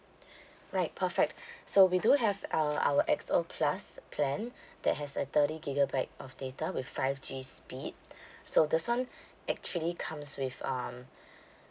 right perfect so we do have uh our X O plus plan that has uh thirty gigabyte of data with five G speed so this [one] actually comes with um